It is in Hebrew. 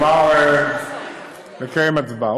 כלומר, לקיים הצבעה.